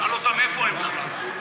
תשאל אותם איפה הם בכלל.